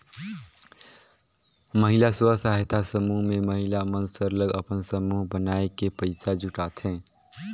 महिला स्व सहायता समूह में महिला मन सरलग अपन समूह बनाए के पइसा जुटाथें